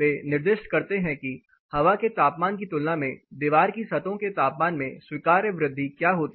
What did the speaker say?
वे निर्दिष्ट करते हैं कि हवा के तापमान की तुलना में दीवार की सतहों के तापमान में स्वीकार्य वृद्धि क्या होती है